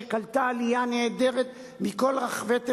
שקלטה עלייה נהדרת מכל רחבי תבל,